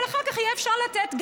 אבל אחר כך יהיה אפשר לתת.